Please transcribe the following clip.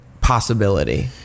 possibility